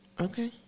Okay